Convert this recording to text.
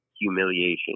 humiliation